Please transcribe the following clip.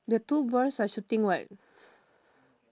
the two boys are shooting what